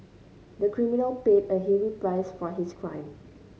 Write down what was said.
the criminal paid a heavy price for his crime